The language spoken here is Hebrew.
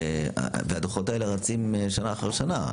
והדו"חות האלה רצים שנה אחרי שנה.